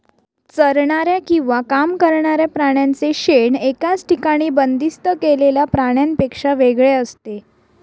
चरणाऱ्या किंवा काम करणाऱ्या प्राण्यांचे शेण एकाच ठिकाणी बंदिस्त केलेल्या प्राण्यांपेक्षा वेगळे असते